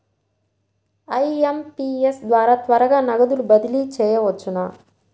IMPS ద్వారా త్వరగా నగదు బదిలీ చేయవచ్చునా?